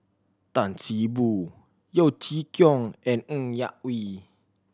Tan See Boo Yeo Chee Kiong and Ng Yak Whee